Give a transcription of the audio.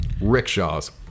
Rickshaws